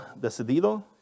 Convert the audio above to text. decidido